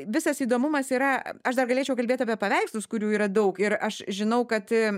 visas įdomumas yra aš dar galėčiau kalbėt apie paveikslus kurių yra daug ir aš žinau kad